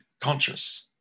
conscious